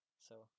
so-